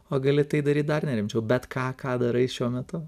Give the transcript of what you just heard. o gali tai daryt dar nerimčiau bet ką ką darai šiuo metu